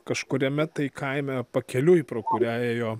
kažkuriame tai kaime pakeliui pro kurią ėjo